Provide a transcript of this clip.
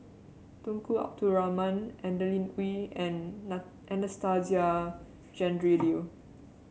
Tunku Abdul Rahman Adeline Ooi and Anastasia Tjendri Liew